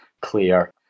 clear